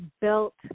built